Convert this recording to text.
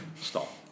stop